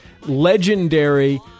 legendary